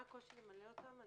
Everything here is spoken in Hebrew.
מה הקושי למלא אותם?